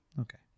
okay